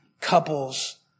couples